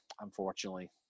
unfortunately